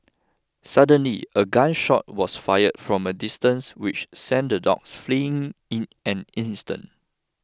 suddenly a gun shot was fired from a distance which sent the dogs fleeing in an instant